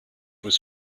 was